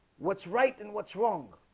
what's right and what's wrong?